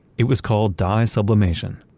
it was called dye sublimation.